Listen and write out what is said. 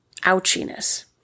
ouchiness